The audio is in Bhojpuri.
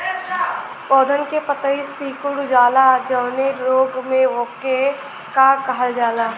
पौधन के पतयी सीकुड़ जाला जवने रोग में वोके का कहल जाला?